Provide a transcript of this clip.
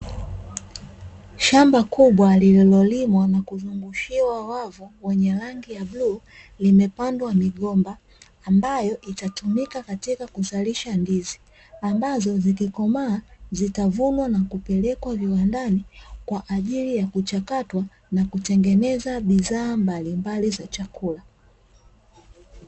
Shamba kubwa lililolimwa na kuzungushiwa wavu wenye rangi ya bluu limepandwa migomba ambayo itatukika katika kuzalisha ndizi ambazo zikikomaa, zitavunwa na kupelekwa viwandani kwa ajili ya kuchakatwa na kutengeneza bidhaa mbalimbali za chakula.